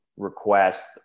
request